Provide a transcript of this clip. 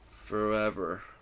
Forever